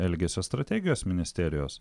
elgesio strategijos ministerijos